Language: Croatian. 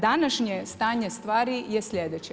Današnje stanje stvari je sljedeće.